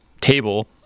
table